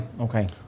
Okay